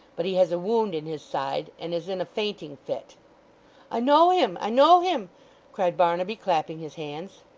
but he has a wound in his side, and is in a fainting-fit i know him, i know him cried barnaby, clapping his hands.